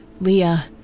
leah